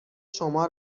شما